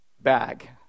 bag